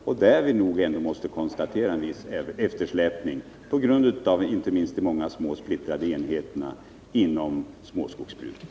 Vi måste konstatera att det föreligger en viss eftersläpning inte minst på grund av de många små och splittrade enheterna inom småskogsbruket.